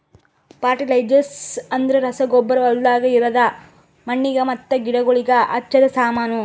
fertilisers ಅಂದ್ರ ರಸಗೊಬ್ಬರ ಹೊಲ್ದಾಗ ಇರದ್ ಮಣ್ಣಿಗ್ ಮತ್ತ ಗಿಡಗೋಳಿಗ್ ಹಚ್ಚದ ಸಾಮಾನು